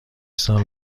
سال